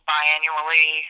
Biannually